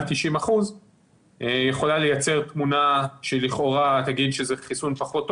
90% יכולה לייצר תמונה שלכאורה נגיד שזה חיסון פחות טוב.